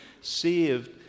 saved